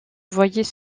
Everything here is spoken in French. voyais